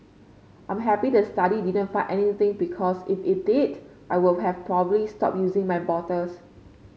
I'm happy the study didn't find anything because if it did I would have probably stop using my bottles